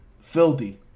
Filthy